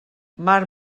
mar